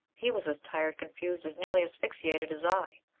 he was as tired, confused, as nearly asphyxiated as i.